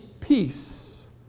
peace